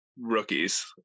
rookies